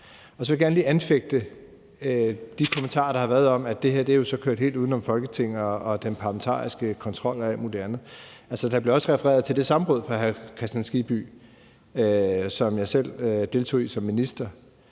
gerne lige anfægte de kommentarer, der har været om, at det her så er kørt helt uden om Folketinget og den parlamentariske kontrol og alt muligt andet. Altså, der blev også refereret til det samråd af hr. Hans Kristian Skibby, som jeg selv deltog i som minister,